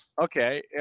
Okay